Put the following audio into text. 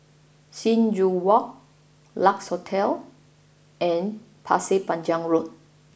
Sing Joo Walk Lex Hotel and Pasir Panjang Road